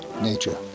nature